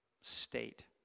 state